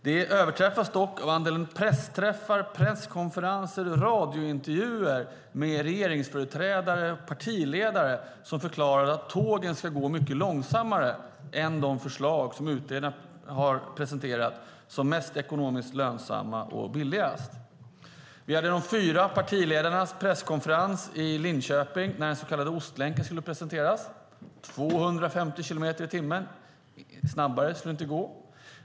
Det överträffas dock av antalet pressträffar, presskonferenser och radiointervjuer med regeringsföreträdare och partiledare som förklarar att tågen ska gå mycket långsammare än de förslag utredarna har presenterat som mest ekonomiskt lönsamma och billigast. Vi hade de fyra partiledarnas presskonferens i Linköping när den så kallade Ostlänken skulle presenteras - snabbare än 250 kilometer i timmen skulle inte gå.